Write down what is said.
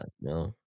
no